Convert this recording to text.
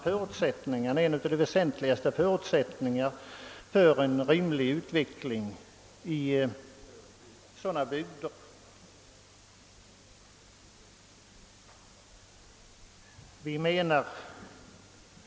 Man rycker undan en av de väsentligaste förutsättningarna för en rimlig utveckling i sådana bygder.